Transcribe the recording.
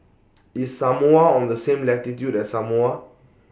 IS Samoa on The same latitude as Samoa